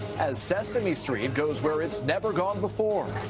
as sesame street goes where it's never gone, before.